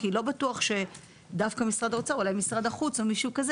כי לא בטוח שמשרד האוצר אולי משרד החוץ יכול,